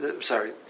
sorry